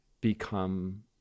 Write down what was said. become